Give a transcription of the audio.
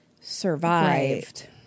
survived